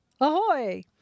Ahoy